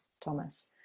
Thomas